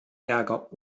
ärger